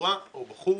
מבחורה או בחור